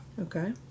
Okay